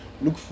Look